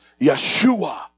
Yeshua